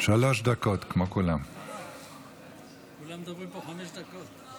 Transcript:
כולם מדברים פה חמש דקות.